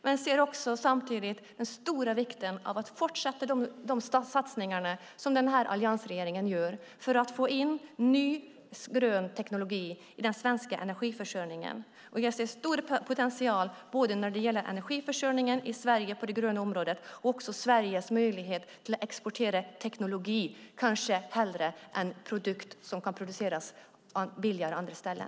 Jag inser dock samtidigt den stora vikten av att fortsätta de satsningar som alliansregeringen gör för att få in ny, grön teknologi i den svenska energiförsörjningen. Jag ser stor potential både när det gäller energiförsörjningen i Sverige på det gröna området och när det gäller Sveriges möjlighet att exportera teknologi snarare än färdiga produkter, som kan produceras billigare på andra ställen.